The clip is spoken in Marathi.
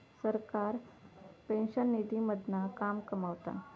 सरकार पेंशन निधी मधना लाभ कमवता